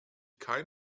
kein